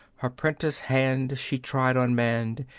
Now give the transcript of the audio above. her prentice hand she tried on man,